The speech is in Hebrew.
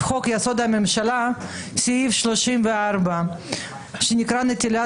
כי ממשלה לא מתקיימת